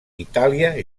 itàlia